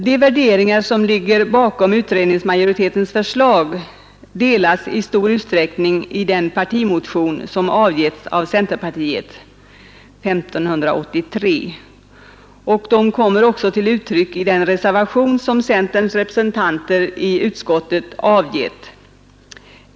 De värderingar som ligger bakom utredningsmajoritetens förslag delas i stor utsträckning i centerns partimotion, 1583, och kommer också till uttryck i den reservation som centerns representanter i utskottet har avgivit.